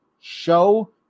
show